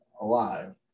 alive